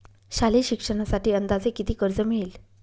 शालेय शिक्षणासाठी अंदाजे किती कर्ज मिळेल?